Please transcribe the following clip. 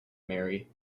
marry